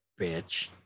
bitch